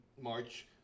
March